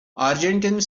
argentine